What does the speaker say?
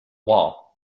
wall